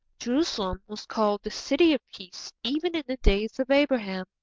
jerusalem was called the city of peace even in the days of abraham.